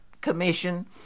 Commission